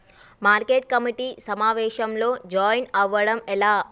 Market committee సమావేశంలో join అవ్వడం ఎలా?